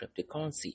cryptocurrency